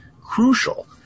crucial